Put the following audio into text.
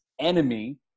enemy